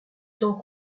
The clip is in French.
temps